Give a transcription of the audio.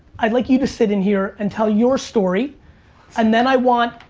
i'd like you to sit in here and tell your story and then i want,